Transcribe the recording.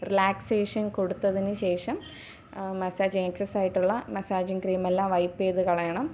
relaxation കൊടുത്തതിനു ശേഷം massage ആക്സെസ്സായിട്ടുള്ള മസാജിംഗ് ക്രീം എല്ലാം വൈപ്പ് ചെയ്തു കളയണം